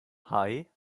hei